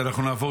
נעבור.